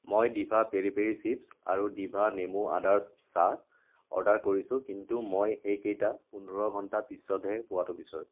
মই Diva peri peri chips আৰু Diva নেমু আদাৰ চাহ অৰ্ডাৰ কৰিছোঁ কিন্তু মই সেইকেইটা পোন্ধৰ ঘণ্টাৰ পিছতহে পোৱাটো বিচাৰোঁ